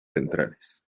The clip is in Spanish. centrales